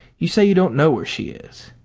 you say you don't know where she is.